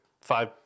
five